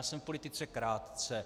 Jsem v politice krátce.